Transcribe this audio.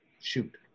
shoot